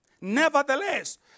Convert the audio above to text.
Nevertheless